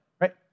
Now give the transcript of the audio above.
right